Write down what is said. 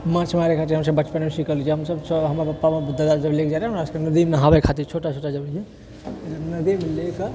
माँछ मारै खातिर हमसब बचपनमे सिखलिऐ हमसब हमर पापा दादा जब लेके जाइ रहै ने हमरासबके नदीमे नाहाबए खातिर छोटा छोटा जब रहिऐ नदीमे ले कऽ